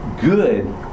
good